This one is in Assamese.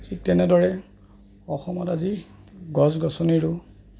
ঠিক তেনেদৰে অসমত আজি গছ গছনিৰো